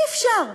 אי-אפשר.